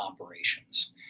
operations